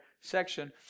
section